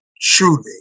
truly